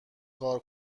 کار